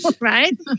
Right